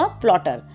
plotter